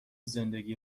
زندگی